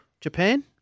Japan